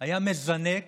היה מזנק